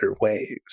ways